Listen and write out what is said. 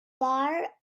bar